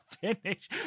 finish